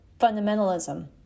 fundamentalism